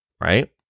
right